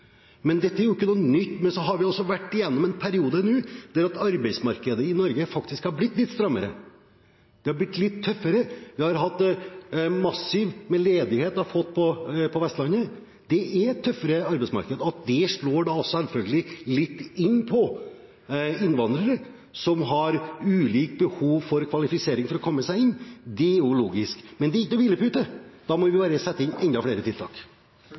Men så har vi også vært igjennom en periode nå der arbeidsmarkedet i Norge faktisk er blitt litt strammere. Det er blitt litt tøffere, og vi har hatt massiv ledighet på Vestlandet. Det er et tøffere arbeidsmarked. At det selvfølgelig slår litt inn på innvandrere, som har ulike behov for kvalifisering for å komme seg inn, er logisk. Men det er ingen hvilepute. Da må vi bare sette inn enda flere tiltak.